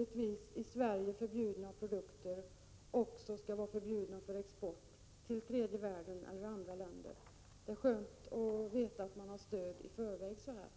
uppigen om att i Sverige förbjudna produkter också skall vara förbjudna för export till länder i tredje världen och andra länder. Det är skönt att i förväg veta att man kommer att få stöd för detta.